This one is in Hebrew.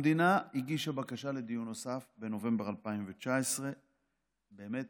המדינה הגישה בקשה לדיון נוסף בנובמבר 2019. באמת,